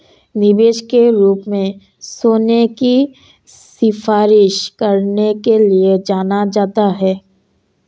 निवेश के रूप में सोने की सिफारिश करने के लिए जाना जाता है